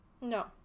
No